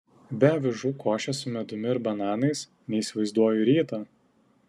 be avižų košės su medumi ir bananais neįsivaizduoju ryto